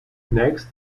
next